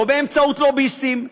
לא באמצעות לוביסטים,